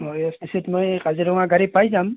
অঁ A S T ছিত মই কাজিৰঙাৰ গাড়ী পাই যাম